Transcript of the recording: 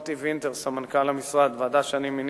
ועל-ידי כך להשפיע ולהטיף לנצרות בקרב האזרחים והאוכלוסיות שבמצוקה